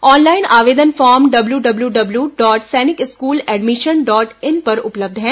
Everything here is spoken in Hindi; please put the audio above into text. ऑनलाइन आवेदन form W W W dot Sainik Ghorakhal और स्कूल एडमिशन डॉट इन पर उपलब्ध है